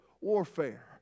warfare